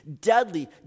deadly